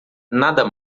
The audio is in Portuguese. nada